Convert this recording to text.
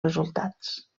resultats